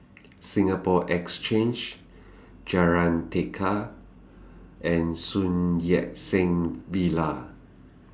Singapore Exchange Jalan Tekad and Sun Yat Sen Villa